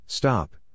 Stop